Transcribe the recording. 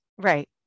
right